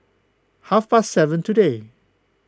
half past seven today